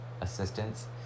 assistance